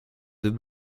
deux